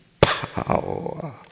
power